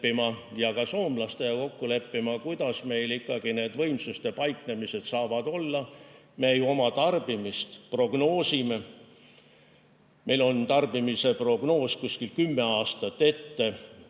ja ka soomlastega kokku leppima, kuidas meil ikkagi need võimsused saavad paikneda. Me ju oma tarbimist prognoosime. Meil on tarbimise prognoos kuskil kümme aastat ette